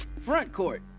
Frontcourt